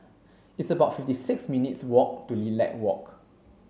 it's about fifty six minutes' walk to Lilac Walk